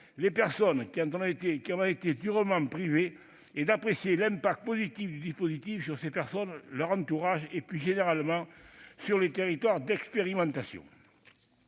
les personnes qui en ont été durablement privées et d'apprécier l'impact positif du dispositif sur ces personnes, leur entourage, et plus généralement sur les territoires d'expérimentation